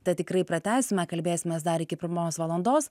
tad tikrai pratęsime kalbėsimės dar iki pirmos valandos